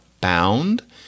Bound